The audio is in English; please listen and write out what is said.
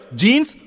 jeans